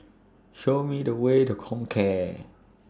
Show Me The Way to Comcare